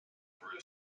brew